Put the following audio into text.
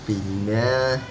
പിന്നെ